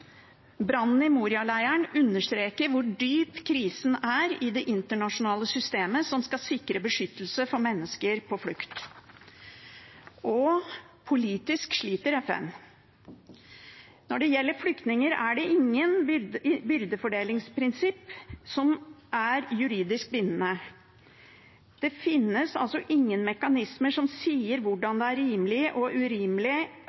Brannen i Moria-leiren understreker hvor dyp krisen er i det internasjonale systemet som skal sikre beskyttelse for mennesker på flukt. Politisk sliter FN. Når det gjelder flyktninger, er det ingen byrdefordelingsprinsipper som er juridisk bindende. Det finnes altså ingen mekanismer som sier hvordan det er rimelig